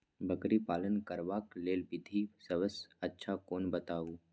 बकरी पालन करबाक लेल विधि सबसँ अच्छा कोन बताउ?